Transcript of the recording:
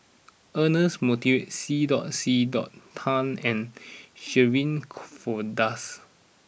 Ernest Monteiro C dot C dot Tan and Shirin Fozdars